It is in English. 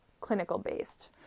clinical-based